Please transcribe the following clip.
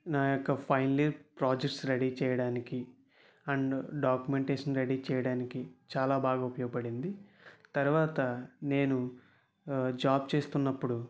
నా యొక్క final year projects ready చేయడానికి అండ్ డాక్యుమెంటేషన్ రెడీ చేయడానికి చాలా బాగా ఉపయోగపడింది తర్వాత నేను జాబ్ చేస్తున్నప్పుడు